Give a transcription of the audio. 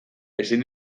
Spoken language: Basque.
ezin